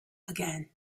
again